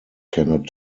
cannot